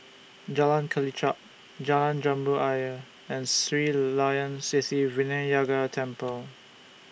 Jalan Kelichap Jalan Jambu Ayer and Sri Layan Sithi Vinayagar Temple